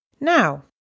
Now